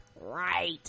right